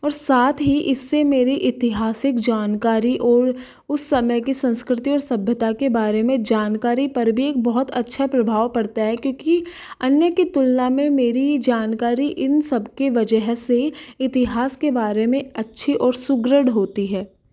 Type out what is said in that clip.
और साथ ही इससे मेरी ऐतिहासिक जानकारी और उस समय की संस्कृति और सभ्यता के बारे में जानकारी पर भी एक बहुत अच्छा प्रभाव पड़ता है क्युकी अन्य कि तुलना में मेरी जानकारी इन सबकी वजह से इतिहास के बारे अच्छे और सुदृढ़ होती है